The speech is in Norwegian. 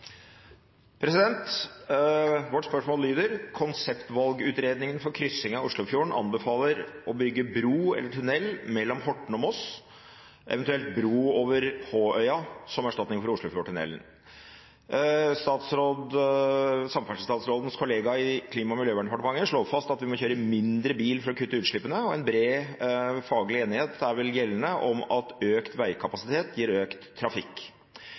lyder: «Konseptvalgutredningen for kryssing av Oslofjorden anbefaler å bygge bro eller tunnel mellom Horten og Moss, og eventuelt bro over Håøya som erstatning for Oslofjordtunnelen. Statsrådens kollega i Klima- og miljødepartementet slår fast at vi må kjøre mindre bil for å kutte utslippene. Det er bred faglig enighet om at økt veikapasitet gir økt trafikk.